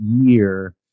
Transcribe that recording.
year